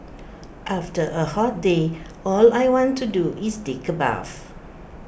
after A hot day all I want to do is take A bath